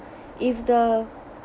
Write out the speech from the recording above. if the